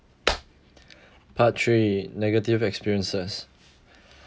part three negative experiences